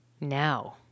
now